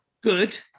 Good